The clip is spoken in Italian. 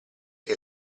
che